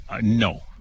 No